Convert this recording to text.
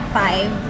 five